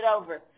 over